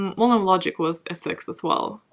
um well, and logic was a six, as well